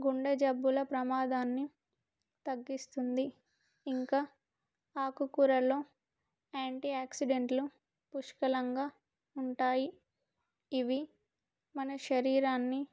గుండె జబ్బుల ప్రమాదాన్ని తగ్గిస్తుంది ఇంకా ఆకుకూరలలో యాంటీ యాక్సిడెంట్లు పుష్కలంగా ఉంటాయి ఇవి మన శరీరాన్ని